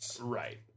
Right